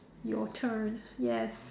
your turn yes